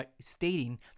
stating